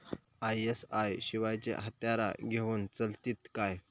ISI शिवायची हत्यारा घेऊन चलतीत काय?